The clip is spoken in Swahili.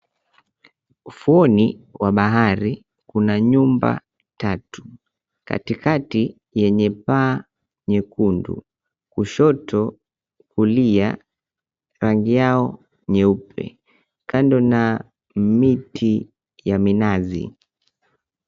Ufuoni wa bahari kuna nyumba tatu, katikati yenye paa nyekundu, kushoto, kulia rangi yao nyeupe kando na miti ya minazi.